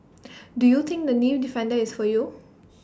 do you think the knee defender is for you